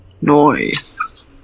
Noise